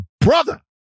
brother